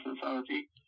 Society